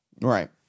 Right